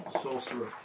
sorcerer